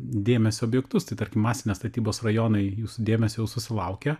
dėmesio objektus tai tarkim masinės statybos rajonai jūsų dėmesio jau susilaukia